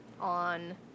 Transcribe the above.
on